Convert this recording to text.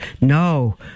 no